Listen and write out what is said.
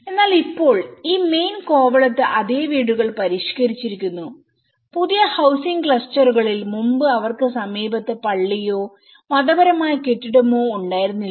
എന്നാൽ ഇപ്പോൾ ഈ മെയിൻ കോവളത്ത് അതേ വീടുകൾ പരിഷ്ക്കരിച്ചിരിക്കുന്നു പുതിയ ഹൌസിംഗ് ക്ലസ്റ്ററുകളിൽ മുമ്പ് അവർക്ക് സമീപത്ത് പള്ളിയോ മതപരമായ കെട്ടിടമോ ഉണ്ടായിരുന്നില്ല